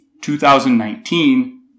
2019